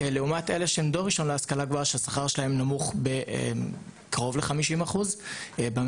לעומת אלו שהם דור ראשון שהשכר שלהם נמוך קרוב ל-50% בממוצע,